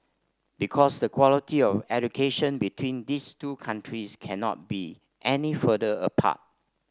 because the quality of education between these two countries cannot be any further apart